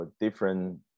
different